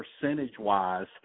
percentage-wise